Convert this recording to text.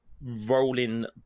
rolling